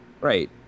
Right